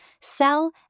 sell